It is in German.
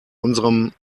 unserem